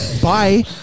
Bye